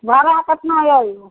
भाड़ा कतना यऽ